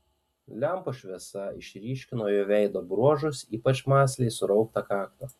lempos šviesa išryškino jo veido bruožus ypač mąsliai surauktą kaktą